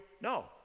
No